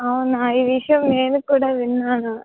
అవునా ఈ విషయం నేను కూడా విన్నాను